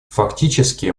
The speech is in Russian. фактически